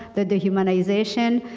the dehumanization,